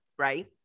Right